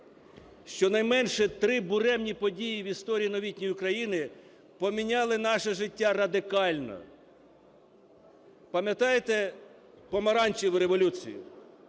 Щонайменше три буремні події в історії новітньої України поміняли наше життя радикально. Пам'ятаєте Помаранчеву революцію?